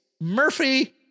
Murphy